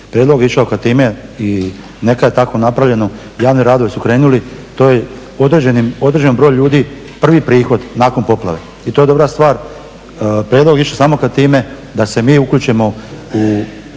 Prijedlog je išao ka time, i neka je tako napravljeno, javni radovi su krenuli, to je određenom broju ljudi prvi prihod nakon poplave, i to je dobra stvar. Prijedlog je išao samo ka time da se mi uključimo u